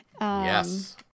Yes